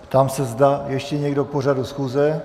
Ptám se, zda ještě někdo k pořadu schůze?